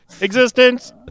existence